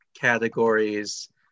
categories